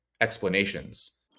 explanations